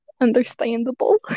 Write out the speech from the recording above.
understandable